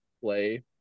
play